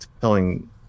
telling